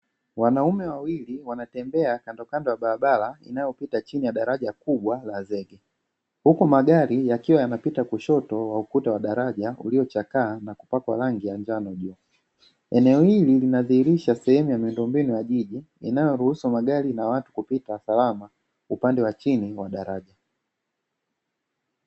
Wanaume wawili wanatembea kandokando ya barabara inayopita chini daraja kubwa la zege, huku magari yakiwa yanapita kushoto wa ukuta wa daraja uliochakaa na kupakwa rangi ya njano juu. Eneo hili lina dhihirisha sehemu ya miundombinu ya jiji inayoruhusu magari na watu kupita salama upande wa chini mwa daraja.